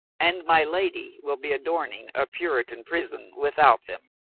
and my lady will be adorning a puritan prison without them.